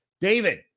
David